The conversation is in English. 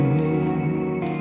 need